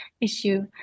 issue